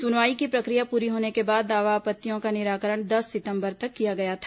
सुनवाई की प्रक्रिया पूरी होने के बाद दावा आपत्तियों का निराकरण दस सितंबर तक किया गया था